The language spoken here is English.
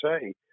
say